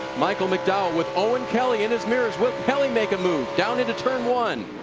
michael mcdowell with owen kelly in his mirror. will kelly make a move down in turn one?